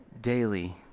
Daily